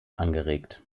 angeregt